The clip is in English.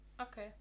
okay